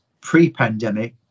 pre-pandemic